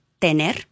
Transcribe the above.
tener